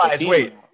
Wait